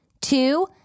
two